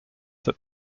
that